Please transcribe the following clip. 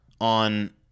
on